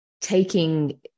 taking